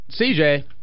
CJ